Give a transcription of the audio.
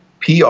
PR